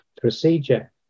procedure